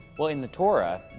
well, in the torah,